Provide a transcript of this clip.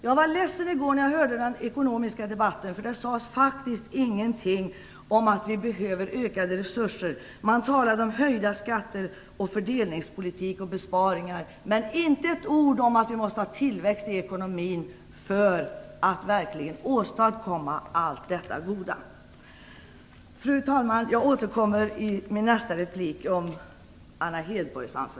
Jag blev ledsen när jag i går när jag lyssnade till den ekonomiska debatten, för där sades det faktiskt ingenting om att vi behöver ökade resurser. Man talade om höjda skatter, fördelningspolitik och besparingar, men det sades inte ett ord om att vi måste ha tillväxt i ekonomin för att verkligen åstadkomma allt detta goda. Fru talman! Jag återkommer i mitt nästa anförande till vad Anna Hedborg sade.